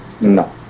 No